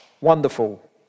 wonderful